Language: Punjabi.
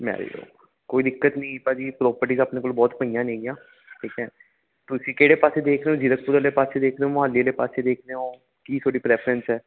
ਮੈਰਿਡ ਹੋ ਕੋਈ ਦਿੱਕਤ ਨਹੀਂ ਭਾਅ ਜੀ ਪ੍ਰੋਪਰਟੀਜ ਆਪਣੇ ਕੋਲ ਬਹੁਤ ਪਈਆਂ ਨੇਗੀਆਂ ਠੀਕ ਹੈ ਤੁਸੀਂ ਕਿਹੜੇ ਪਾਸੇ ਦੇਖ ਰਹੇ ਹੋ ਜੀਰਕਪੁਰ ਵਾਲੇ ਪਾਸੇ ਦੇਖ ਰਹੇ ਹੋ ਮੁਹਾਲੀ ਵਾਲੇ ਪਾਸੇ ਦੇਖ ਰਹੇ ਹੋ ਕੀ ਤੁਹਾਡੀ ਪ੍ਰੈਫਰੈਂਸ ਹੈ